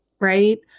right